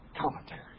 commentary